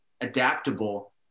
adaptable